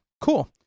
Cool